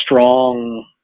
strong